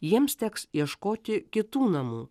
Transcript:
jiems teks ieškoti kitų namų